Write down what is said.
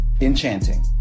enchanting